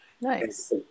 Nice